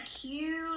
cute